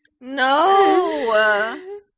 No